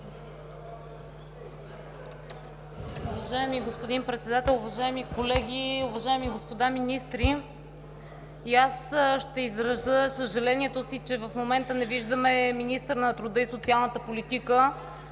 господин Председател, уважаеми колеги, уважаеми господа министри! И аз ще изразя съжалението си, че в момента не виждаме министъра на труда и социалната политика,